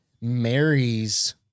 marries